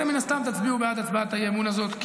אתם מן הסתם תצביעו בעד הצעת אי-האמון הזאת,